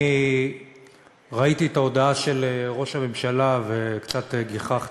אני ראיתי את ההודעה של ראש הממשלה וקצת גיחכתי.